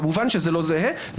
כמובן זה לא זהה.